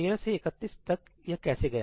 13 से 31 तक यह कैसे गया